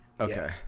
Okay